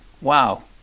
Wow